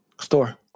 Store